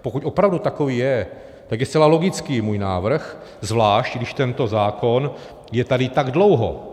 Pokud opravdu takový je, tak je zcela logický můj návrh, zvlášť když tento zákon je tady tak dlouho.